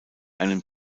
einen